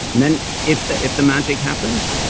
and then if the if the magic happens, yeah